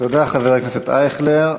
תודה, חבר הכנסת אייכלר.